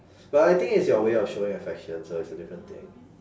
but I think it's your way of showing affection so it's a different thing